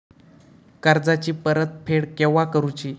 कर्जाची परत फेड केव्हा करुची?